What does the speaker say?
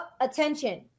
attention